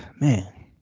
man